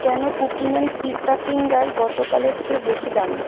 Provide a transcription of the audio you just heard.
কেন কুকিম্যান পিস্তা ফিঙ্গার গতকালের চেয়ে বেশি দামি